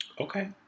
Okay